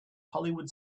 hollywood